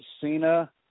Cena